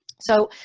so,